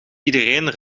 iedereen